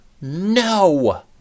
No